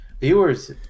viewers